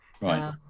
right